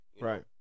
Right